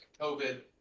COVID